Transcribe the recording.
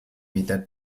mitad